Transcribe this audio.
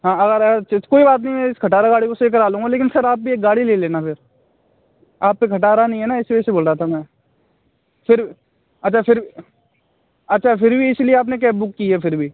हाँ अगर कोई बात नहीं इस खटारा गाड़ी को सही करा लूँगा लेकिन सर आप भी एक गाड़ी ले लेना फिर आप पर खटारा नहीं है ना इस वजह से बोल रा था मैं फिर अच्छा फिर अच्छा फिर भी इसलिए आपने कैब बुक की है फिर भी